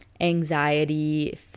anxiety